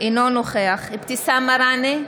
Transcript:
אינו נוכח אבתיסאם מראענה,